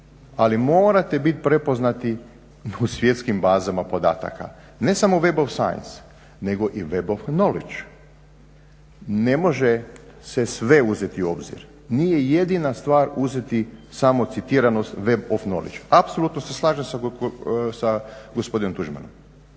Ali morate bit prepoznati u svjetskim bazama podataka, ne samo web-ov since nego i web-ov norwich. Ne može se sve uzeti u obzir, nije jednina stvar uzeti samo citiranost web on norwich, apsolutno se slažem sa gospodinom Tuđmanom.